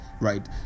right